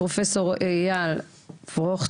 פרופ' איל פרוכטר,